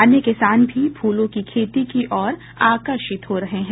अन्य किसान भी फूलों की खेती की ओर आकर्षित हो रहे हैं